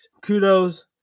Kudos